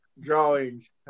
drawings